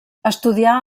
estudià